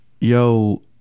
Yo